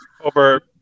over